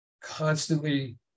constantly